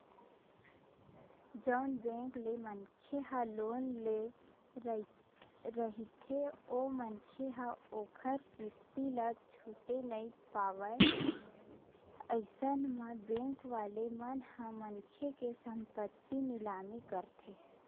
जउन बेंक ले मनखे ह लोन ले रहिथे ओ मनखे ह ओखर किस्ती ल छूटे नइ पावय अइसन म बेंक वाले मन ह मनखे के संपत्ति निलामी करथे